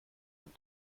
ein